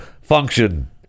function